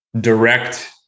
direct